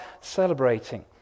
celebrating